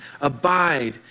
abide